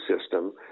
system